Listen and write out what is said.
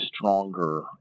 stronger